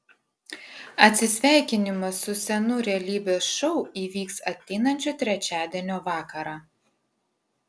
atsisveikinimas su senu realybės šou įvyks ateinančio trečiadienio vakarą